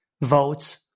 vote